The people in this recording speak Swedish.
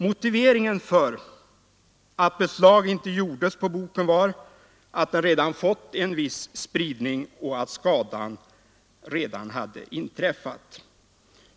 Motiveringen för att beslag inte gjordes på boken var att den hunnit få en viss spridning och att skadan därför redan hade inträffat.